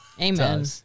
Amen